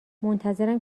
منتظرم